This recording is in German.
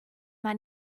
man